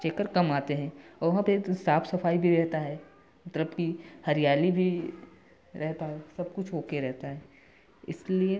checker कम आते हैं और वहाँ पर एक तो साफ सफाई भी रहता है मतलब कि हरियाली भी रहता है सब कुछ ओके रहता है इसलिए